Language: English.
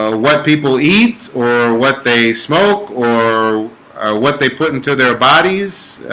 ah what people eat or what they smoke or or what they put into their bodies?